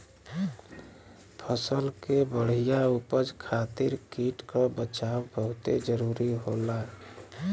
फसल के बढ़िया उपज खातिर कीट क बचाव बहुते जरूरी होला